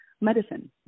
medicine